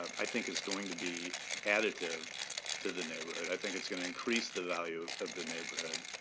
i think, is going to be additive to the neighborhood. i think it's going to increase the value of the neighborhood.